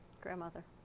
Grandmother